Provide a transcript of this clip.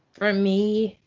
for me,